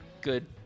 good